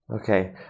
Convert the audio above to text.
Okay